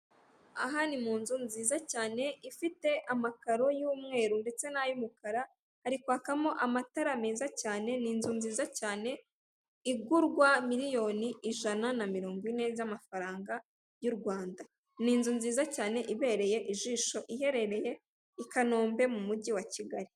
Aha ni munzu nziza cyane ifite amakaro y'umweru ndetse n'umukara hari kwakamo amatara meza cyane ni inzu nziza cyane igurwa miliyoni ijana na mirongo ine z'amafaranga y' u Rwanda ni inzu nziza cyane ibereye ijisho iherereye i Kanombe mu mujyi wa kigali.